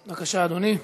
בבקשה, אדוני.